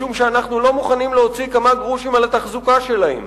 משום שאנחנו לא מוכנים להוציא כמה גרושים על התחזוקה שלהם.